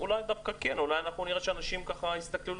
אולי דווקא כן אולי נראה שאנשים יסתכלו על